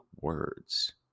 words